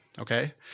Okay